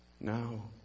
Now